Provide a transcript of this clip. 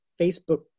Facebook